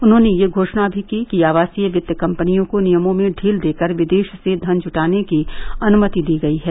उन्होंने ये घोषणा भी की कि आवासीय वित्त कंपनियों को नियमों में ढील देकर विदेश से धन जुटाने की अनुमति दी गयी है